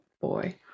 boy